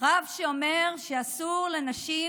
רב שאומר שאסור לנשים